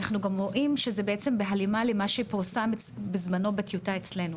אנחנו גם רואים שזה בהלימה למה שפורסם בזמנו בטיוטה אצלנו.